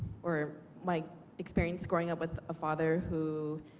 or my experience growing up with a father who